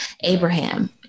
Abraham